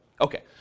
Okay